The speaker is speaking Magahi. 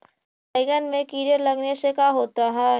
बैंगन में कीड़े लगने से का होता है?